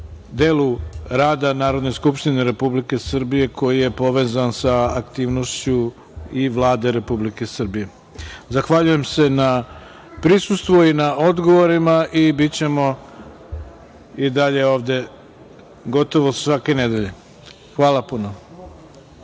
delu rada Narodne skupštine Republike Srbije koji je povezan sa aktivnošću i Vlade Republike Srbije. Zahvaljujem se na prisustvu i odgovorima i bićemo i dalje ovde, gotovo svake nedelje. Hvala vam puno.